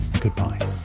goodbye